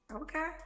okay